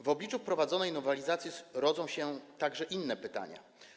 W obliczu wprowadzanej nowelizacji rodzą się także inne pytania.